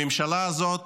לממשלה הזאת